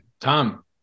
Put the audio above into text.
Tom